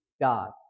God